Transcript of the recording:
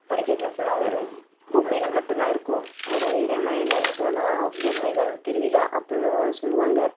படிக்கட்டில் ஃபுல்லாக வெறும் பொம்மைகள் மட்டும் தான் இருக்கும் அதெல்லாம் நம்ம என்னென்ன சொல்லலாம் பொம்மைகள் திருவிழா அப்பிடின்னும் சொல்வாங்க